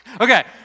Okay